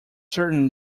certain